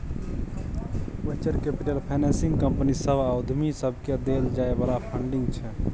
venture capital financing company सभ आ उद्यमी सबकेँ देल जाइ बला फंडिंग छै